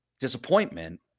disappointment